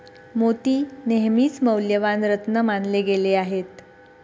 मोती नेहमीच मौल्यवान रत्न मानले गेले आहेत